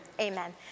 Amen